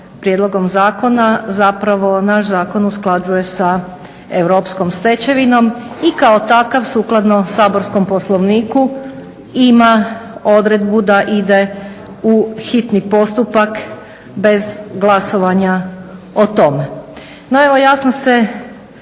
prijedlogom zakona naš zakon usklađuje sa europskom stečevinom i kao takav sukladno saborskom Poslovniku ima odredbu da ide u hitni postupak bez glasovanja o tome. No evo ja sam se